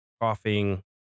coughing